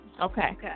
Okay